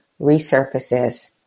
resurfaces